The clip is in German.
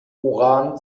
uran